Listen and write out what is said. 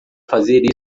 fazer